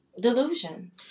Delusion